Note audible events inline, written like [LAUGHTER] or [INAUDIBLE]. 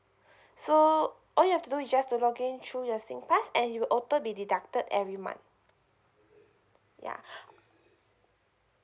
[BREATH] so all you have to do is just to log in through your singpass and you'll auto be deducted every month yeah [BREATH]